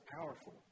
powerful